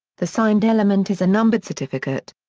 the signed element is a numbered certificate.